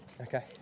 Okay